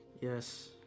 Yes